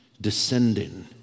descending